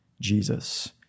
Jesus